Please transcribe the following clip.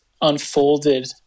unfolded